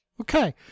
Okay